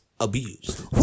abused